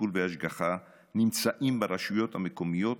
(טיפול והשגחה) נמצאים ברשויות המקומיות,